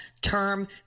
term